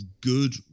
good